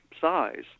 size